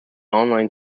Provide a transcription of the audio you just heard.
online